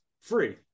free